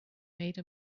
made